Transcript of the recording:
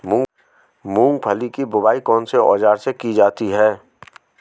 मूंगफली की बुआई कौनसे औज़ार से की जाती है?